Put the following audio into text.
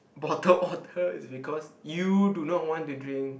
bottled water is because you do not want to drink